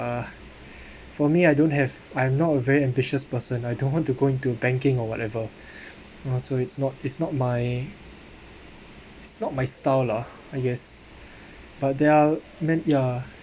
uh for me I don't have I'm not a very ambitious person I don't want to go into banking or whatever so it's not it's not my it's not my style lah I guess but there are many ya